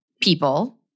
people